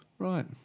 Right